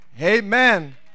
Amen